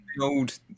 old